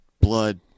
blood